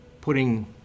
putting